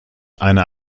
einer